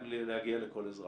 להגיע לכל אזרח.